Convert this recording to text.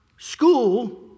School